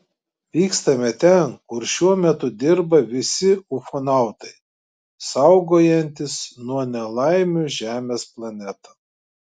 vykstame ten kur šiuo metu dirba visi ufonautai saugojantys nuo nelaimių žemės planetą